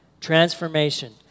Transformation